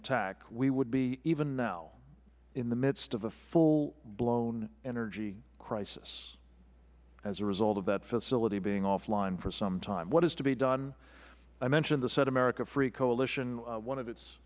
attack we would be even now in the midst of a full blown energy crisis as a result of that facility being off line for some time what is to be done i mentioned the set america free coalition one of